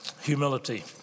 Humility